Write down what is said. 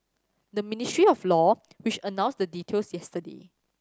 the Ministry of Law which announced the details yesterday